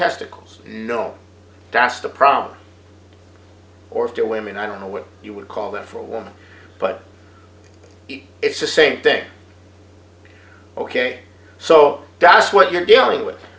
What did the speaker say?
testicles you know that's the problem or if they're women i don't know what you would call them for women but it's the same thing ok so that's what you're dealing with